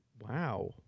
Wow